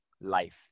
life